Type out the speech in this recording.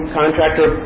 contractor